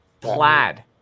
Plaid